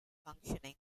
functioning